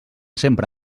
sempre